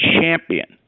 champion